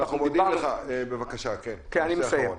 אני מסיים.